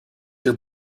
your